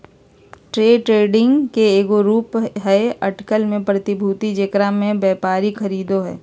day trading के एगो रूप हइ अटकल में प्रतिभूति जेकरा में व्यापारी खरीदो हइ